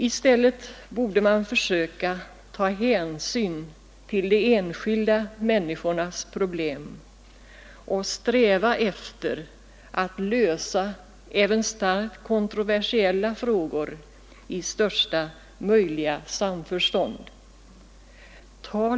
I stället borde man försöka ta hänsyn till de enskilda människornas problem och sträva efter att lösa även starkt kontroversiella frågor i största möjliga samförstånd.